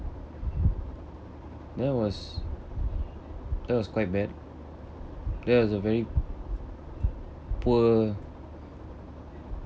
that was that was quite bad that was a very poor